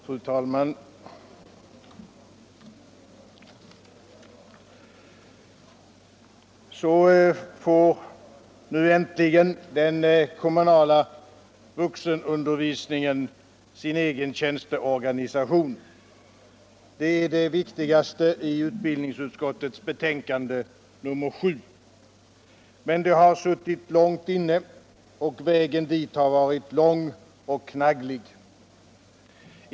Fru talman! Så får nu äntligen den kommunala vuxenundervisningen sin egen tjänsteorganisation. Det är det viktigaste i utbildningsutskottets betänkande nr 7. Men det har suttit långt inne, och vägen dit har varit lång och knagglig.